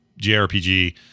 JRPG